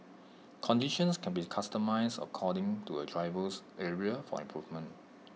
conditions can be customised according to A driver's area for improvement